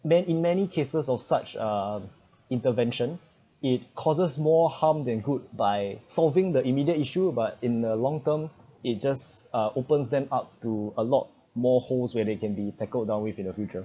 man~ in many cases of such uh intervention it causes more harm than good by solving the immediate issue but in the long term it just uh opens them up to a lot more holes where they can be tackled down with in the future